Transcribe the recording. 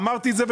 אמרתי את זה,